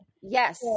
Yes